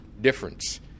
difference